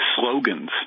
slogans